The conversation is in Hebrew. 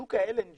שוק ה-LNG